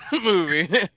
movie